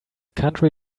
country